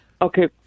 Okay